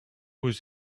was